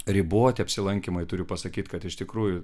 riboti apsilankymai turiu pasakyti kad iš tikrųjų